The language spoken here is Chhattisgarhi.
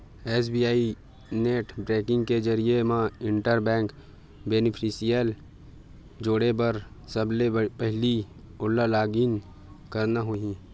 एस.बी.आई नेट बेंकिंग के जरिए म इंटर बेंक बेनिफिसियरी जोड़े बर सबले पहिली ओला लॉगिन करना होही